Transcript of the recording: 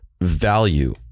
value